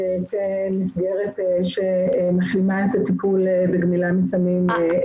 במסגרת שמשלימה את הטיפול בגמילה מסמים.